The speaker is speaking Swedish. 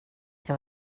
jag